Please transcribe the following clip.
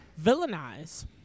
villainize